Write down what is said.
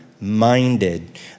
minded